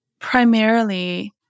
primarily